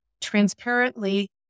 transparently